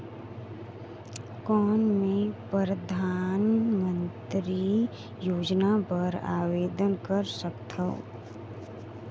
कौन मैं परधानमंतरी योजना बर आवेदन कर सकथव?